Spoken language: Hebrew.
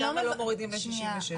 למה לא מורידים ל-66.